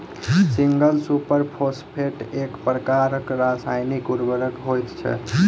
single super phosphate एक प्रकारक रासायनिक उर्वरक होइत छै